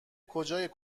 کجای